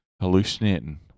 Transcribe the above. hallucinating